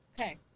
Okay